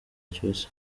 cyose